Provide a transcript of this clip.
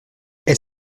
est